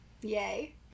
Yay